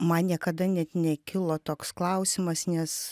man niekada net nekilo toks klausimas nes